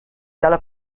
dalla